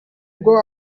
bwo